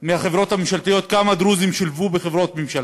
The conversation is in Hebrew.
מהחברות הממשלתיות כמה דרוזים שולבו בחברות ממשלתיות.